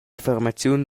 formaziun